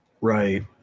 Right